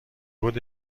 بود